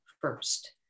first